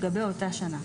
לגבי אותה שנה: